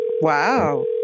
wow